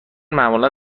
معمولا